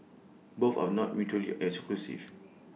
both are not mutually exclusive